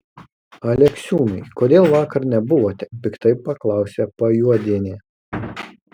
aleksiūnai kodėl vakar nebuvote piktai paklausė pajuodienė